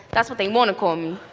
that's what they wanna call me.